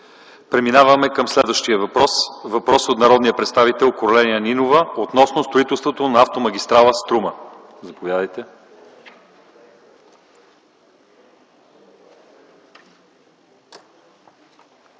Преминаваме към следващия въпрос. Въпрос от народния представител Корнелия Нинова относно строителството на автомагистрала „Струма”. Заповядайте,